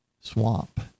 swamp